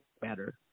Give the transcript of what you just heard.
better